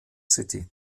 city